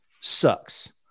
sucks